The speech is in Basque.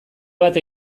bat